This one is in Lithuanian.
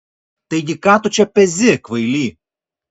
taigi ką tu čia pezi kvaily